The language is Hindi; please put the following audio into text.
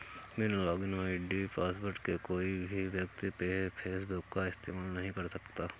बिना लॉगिन आई.डी पासवर्ड के कोई भी व्यक्ति फेसबुक का इस्तेमाल नहीं कर सकता